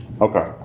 Okay